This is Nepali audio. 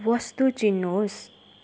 वस्तु चिन्नु होस्